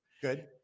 Good